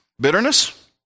Bitterness